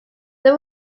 they